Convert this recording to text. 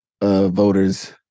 voters